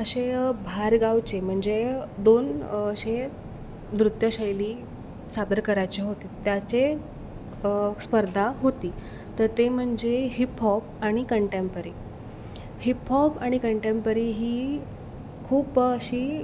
असे बाहेरगावचे म्हणजे दोन असे नृत्यशैली सादर करायचे होते त्याचे स्पर्धा होती तर ते म्हणजे हिपहॉप आणि कंटेम्परी हिपहॉप आणि कंटेम्परी ही खूप अशी